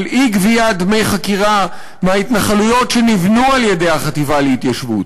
אי-גביית דמי חכירה מההתנחלויות שנבנו על-ידי החטיבה להתיישבות.